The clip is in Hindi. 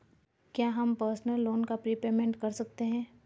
क्या हम पर्सनल लोन का प्रीपेमेंट कर सकते हैं?